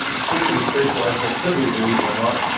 sleep is a specialized activity, believe it or not,